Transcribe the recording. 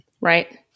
right